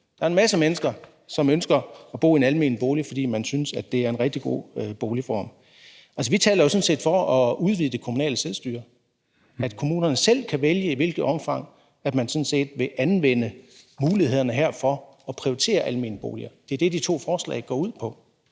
Der er en masse mennesker, som ønsker at bo i en almen bolig, fordi de synes, det er en rigtig god boligform. Altså, vi taler jo sådan set for at udvide det kommunale selvstyre, og at kommunerne selv kan vælge, i hvilket omfang de vil anvende mulighederne her for at prioritere almene boliger. Det er det, de to forslag går ud på.